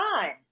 time